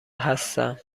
هستم